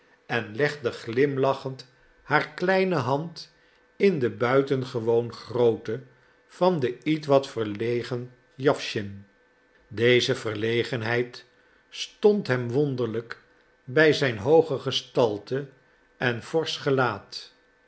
en legde glimlachend haar kleine hand in de buitengewoon groote van den ietwat verlegen jawschin deze verlegenheid stond hem wonderlijk bij zijn hooge gestalte en forsch gelaat